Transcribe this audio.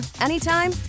anytime